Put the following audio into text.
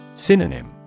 Synonym